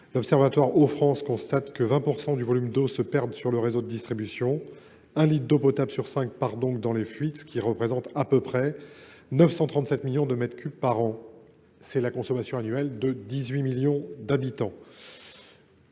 d’assainissement constate que 20 % des volumes d’eau se perdent dans le réseau de distribution ; un litre d’eau potable sur cinq part donc dans les fuites, ce qui représente 937 millions de mètres cubes par an, soit la consommation annuelle de 18 millions d’habitants…